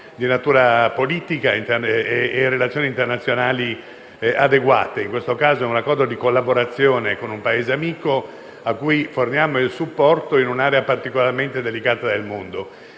di natura politica e relazioni internazionali adeguate. In questo caso è un accordo di collaborazione con un Paese amico cui forniamo supporto in un'area particolarmente delicata del mondo.